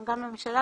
גם לממשלה,